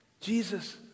Jesus